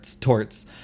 torts